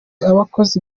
abakozi